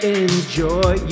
enjoy